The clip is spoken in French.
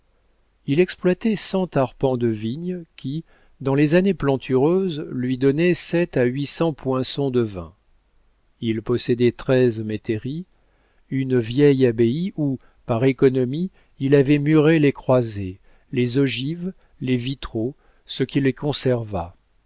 il exploitait cent arpents de vignes qui dans les années plantureuses lui donnaient sept à huit cents poinçons de vin il possédait treize métairies une vieille abbaye où par économie il avait muré les croisées les ogives les vitraux ce qui les conserva